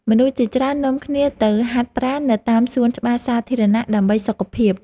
មនុស្សជាច្រើននាំគ្នាទៅហាត់ប្រាណនៅតាមសួនច្បារសាធារណៈ ដើម្បីសុខភាព។